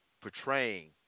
portraying